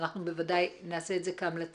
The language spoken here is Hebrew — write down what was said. ואנחנו בוודאי נעשה את זה כהמלצה.